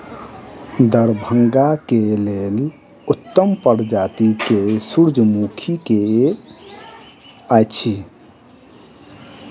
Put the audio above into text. दरभंगा केँ लेल उत्तम प्रजाति केँ सूर्यमुखी केँ अछि?